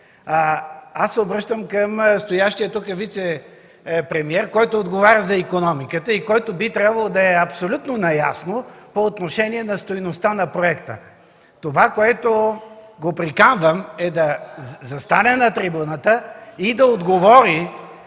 група. Обръщам се към стоящия тук вицепремиер, който отговаря за икономиката и който би трябвало да е абсолютно наясно по отношение на стойността на проекта. Това, което го приканвам, е да застане на трибуната и да отговори